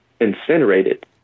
incinerated